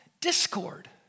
Discord